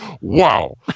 Wow